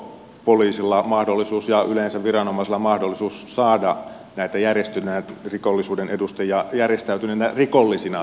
onko poliisilla ja yleensä viranomaisilla mahdollisuus saada näitä järjestäytyneen rikollisuuden edustajia järjestäytyneinä rikollisina tuomiolle vaiko ei